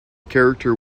character